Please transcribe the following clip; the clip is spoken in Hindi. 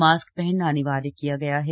मास्क पहनना अनिवार्य किया गया है